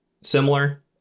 similar